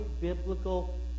biblical